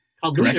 called